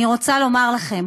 אני רוצה לומר לכם,